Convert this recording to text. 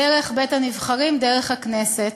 דרך בית-הנבחרים, דרך הכנסת.